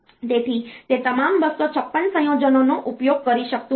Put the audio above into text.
તેથી તે તમામ 256 સંયોજનોનો ઉપયોગ કરી શકતું નથી